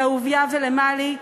לאהוביה ולמלי.